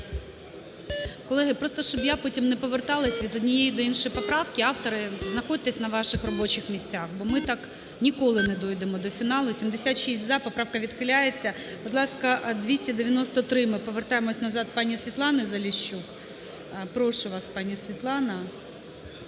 Колеги, просто щоб я потім не поверталась від однієї до іншої поправки, автори знаходьтесь на ваших робочих місцях, бо ми так ніколи не дійдемо до фіналу. 10:30:32 За-76 Поправка відхиляється. Будь ласка, 293, ми повертаємось назад, пані Світлани Заліщук. Прошу вас, пані Світлана.